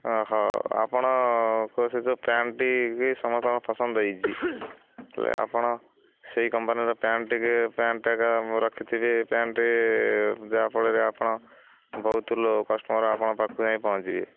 ହଁ ଆପଣ କ ସେ ଯେଉଁ ପ୍ୟାଣ୍ଟଟିିକି ସମସ୍ତଙ୍କୁ ପସନ୍ଦ ଦେଇଛି ହେଲେ ଆପଣ ସେଇ କମ୍ପାନୀର ପ୍ୟାଣ୍ଟ ଟିକେ ପ୍ୟାଣ୍ଟଟା ରଖିଥିବେ ପ୍ୟାଣ୍ଟଟି ଯାହାଫଳରେ ଆପଣ ବହୁତ ଲୋକ କଷ୍ଟମର ଆପଣଙ୍କ ପାଖକୁ ଯାଇଁ ପହଞ୍ଚିବେ